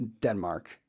Denmark